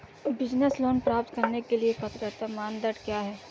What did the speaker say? Business loan प्राप्त करने के लिए पात्रता मानदंड क्या हैं?